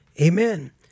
Amen